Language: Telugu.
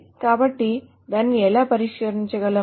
కాబట్టి దానిని ఎలా పరిష్కరించగలం